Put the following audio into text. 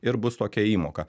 ir bus tokia įmoka